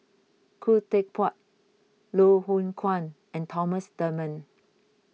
Khoo Teck Puat Loh Hoong Kwan and Thomas Dunman